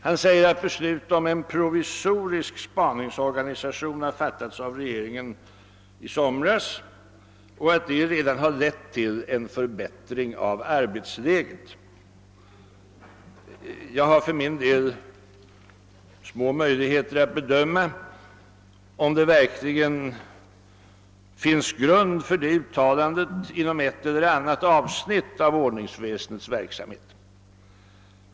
Han säger att be slut om en provisorisk spaningsorganisation fattades av regeringen i somras och att det redan har lett till en förbättring av arbetsläget. Jag har för min del små möjligheter att bedöma om det verkligen finns grund för det uttalandet inom ett eller annat avsnitt av ordningsväsendets verksamhet.